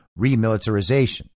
remilitarization